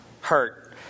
hurt